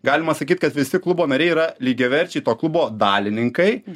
galima sakyt kad visi klubo nariai yra lygiaverčiai to klubo dalininkai